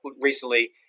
recently